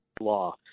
law